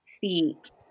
feet